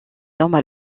hommes